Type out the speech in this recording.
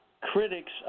critics